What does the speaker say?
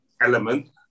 element